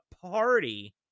party